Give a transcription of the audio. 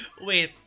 Wait